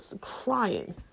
crying